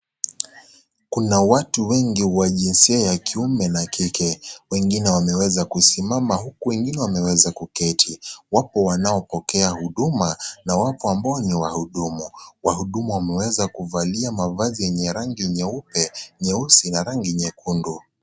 Kuna watu wengi wajinsia ya kiume na kike wengine wameweza kusimama huku wengine wameweza kuketi wako wanaopokea huduma na wako ambao ni wahudumu, waudumu wameweza kuvalia mavazi yenye rangi nyeupe nyeusi na rangi nyekundu.